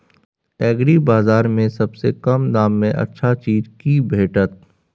एग्रीबाजार में सबसे कम दाम में अच्छा चीज की भेटत?